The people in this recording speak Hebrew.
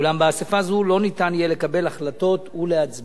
אולם באספה זו לא ניתן יהיה לקבל החלטות ולהצביע.